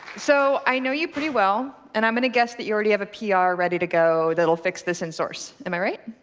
so i know you pretty well. and i'm going to guess that you already have a pr ah ready to go that'll fix this in source. am i right?